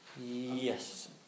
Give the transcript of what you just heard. Yes